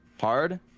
hard